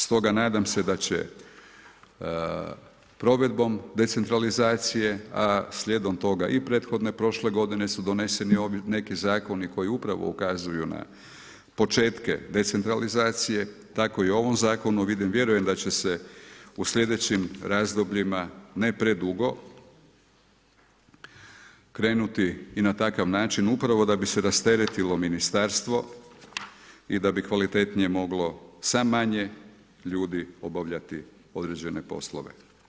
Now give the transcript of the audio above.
Stoga nadam se da će provedbom decentralizacije, a slijedom toga i prethodne prošle godine su doneseni neki zakoni koji upravo ukazuju na početke decentralizacije, tako i u ovom Zakonu vidim, vjerujem da će se u slijedećim razdobljima, ne predugo, krenuti i na takav način upravo da bi se rasteretilo Ministarstvo i da bi kvalitetnije moglo sa manje ljudi obavljati određene poslove.